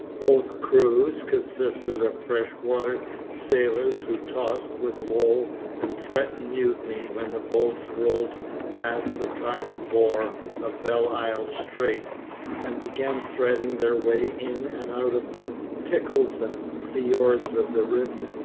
both crews consisted of freshwater sailors who tossed with woe and threatened mutiny when the boats rolled past the tidal bore of belle isle strait and began threading their way in and out of the tickles and fiords of the ribbed,